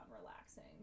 relaxing